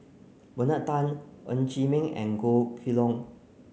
Bernard Tan Ng Chee Meng and Goh Kheng Long